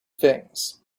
things